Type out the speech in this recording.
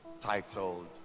titled